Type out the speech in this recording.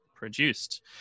produced